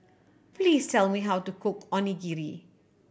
please tell me how to cook Onigiri